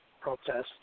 protests